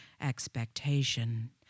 expectation